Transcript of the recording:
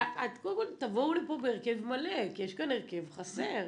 קודם כל תבואו לפה בהרכב מלא, כי יש כאן הרכב חסר.